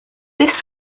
this